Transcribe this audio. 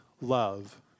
love